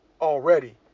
already